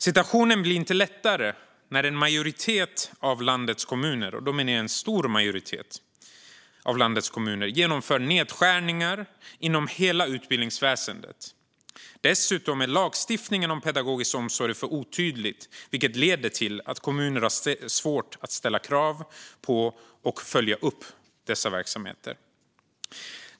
Situationen blir inte lättare när en majoritet av landets kommuner, och jag menar en stor majoritet, genomför nedskärningar inom hela utbildningsväsendet. Dessutom är lagstiftningen om pedagogisk omsorg för otydlig, vilket leder till att kommuner har svårt att ställa krav på och följa upp dessa verksamheter.